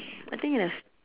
I think it is